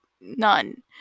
None